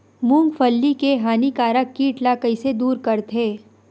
मूंगफली के हानिकारक कीट ला कइसे दूर करथे?